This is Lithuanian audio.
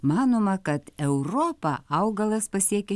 manoma kad europą augalas pasiekė